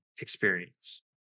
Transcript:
experience